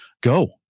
go